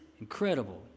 Incredible